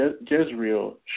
Jezreel